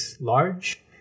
large